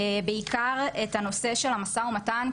בעיקר את הנושא של המשא ומתן,